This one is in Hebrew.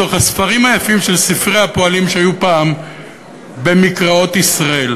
בתוך הספרים היפים של ספרי הפועלים שהיו פעם במקראות ישראל.